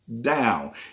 down